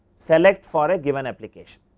select for a given application.